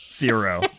Zero